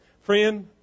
Friend